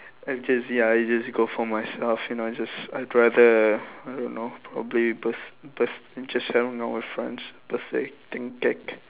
at J_C I just go for myself you know I just I rather I don't know probably births births just hanging out with friends birthday thing gag